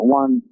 one